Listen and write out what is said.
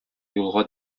юлга